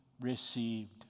received